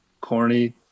corny